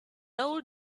old